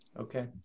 Okay